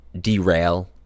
derail